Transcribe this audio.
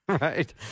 Right